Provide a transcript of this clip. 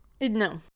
No